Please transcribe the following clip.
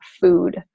food